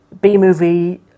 B-movie